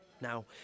Now